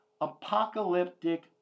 apocalyptic